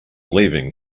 leaving